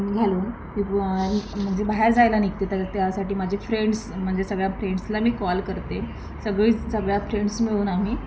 घालून म्हणजे बाहेर जायला निघते त्या त्यासाठी माझे फ्रेड्स म्हणजे सगळ्या फेड्सला मी कॉल करते सगळी सगळ्या फ्रेंड्स मिळून आम्ही